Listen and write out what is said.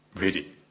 ready